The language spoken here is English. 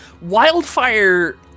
wildfire